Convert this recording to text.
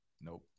Nope